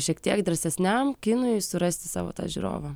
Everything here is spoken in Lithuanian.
šiek tiek drąsesniam kinui surasti savo tą žiūrovą